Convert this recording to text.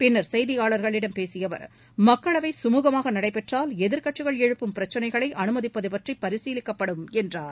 பின்னர் செய்தியாளர்களிடம் பேசிய அவர் மக்களவை சுழுகமாக நடந்தால் எதிர்க்கட்சிகள் எழுப்பும் பிரச்சினைகளை அனுமதிப்பது பற்றி பரிசீலிக்கப்படும் என்றார்